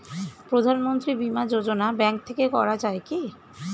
প্রধানমন্ত্রী বিমা যোজনা ব্যাংক থেকে করা যায় কি?